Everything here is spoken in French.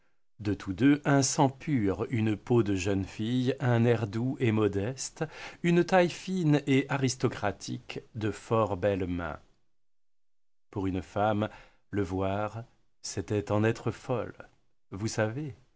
de tous deux un sang pur une peau de jeune fille un air doux et modeste une taille fine et aristocratique de fort belles mains pour une femme le voir c'était en être folle vous savez